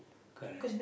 correct